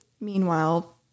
Meanwhile